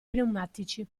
pneumatici